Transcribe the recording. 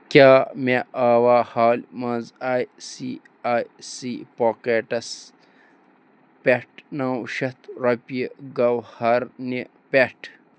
کیٛاہ مےٚ آوا حالہِ منٛز I C I C packets پٮ۪ٹھ نَو شَتھ رۄپیہِ گَوہر نہِ پٮ۪ٹھ